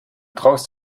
traust